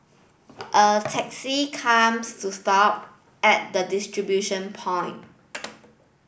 a taxi comes to stop at the distribution point